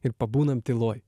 ir pabūnam tyloj